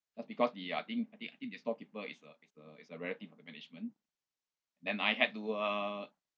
just because the uh I think I think the storekeeper is a is a is a relative of the management then I had to uh